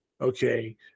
Okay